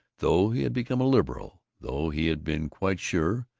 though he had become a liberal, though he had been quite sure,